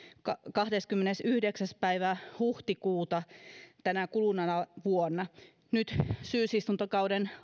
kahdeskymmenesyhdeksäs päivä huhtikuuta tänä kuluvana vuonna nyt syysistuntokauden